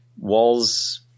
walls